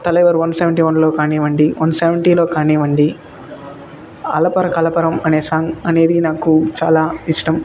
Thalaivar one seventy వన్లో కానివ్వండి one సెవెన్టిలో కానివ్వండి అలపర కలపరం అనే సాంగ్ అనేది నాకు చాలా ఇష్టం